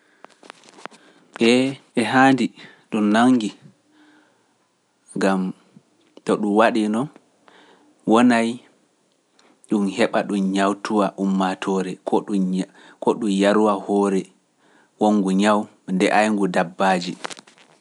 Ee haandi ɗum nanngi, ngam to ɗum waɗi noon, wona ɗum heɓa ɗum ñawtuwa ummatoore, ko ɗum yarowa hoore wongo ñawu nde ayngu dabbaaji.